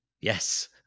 yes